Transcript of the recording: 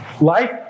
Life